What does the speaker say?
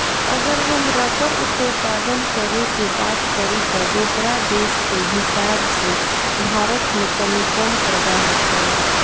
अगर हम रबड़ उत्पादन करे के बात करी त दोसरा देश के हिसाब से भारत में तनी कम पैदा होखेला